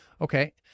Okay